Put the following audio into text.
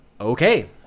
okay